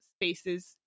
spaces